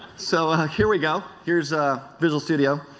so here we go, here is ah visual studio,